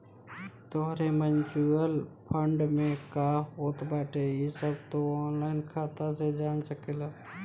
तोहरे mutual fund में का होत बाटे इ सब तू ऑनलाइन खाता से जान सकेला